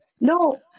No